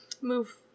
move